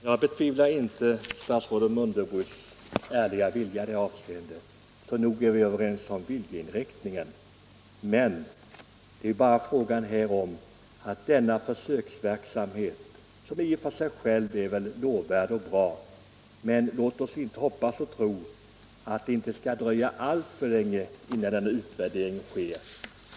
Herr talman! Jag betvivlar inte statsrådet Mundebos ärliga vilja i detta avseende. Vi är nog överens om viljeinriktningen. Jag vill dock säga att försöksverksamheten på detta område i och för sig är lovvärd, men jag hoppas att det inte skall dröja alltför länge innan utvärderingen sker.